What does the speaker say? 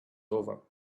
over